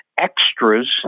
extras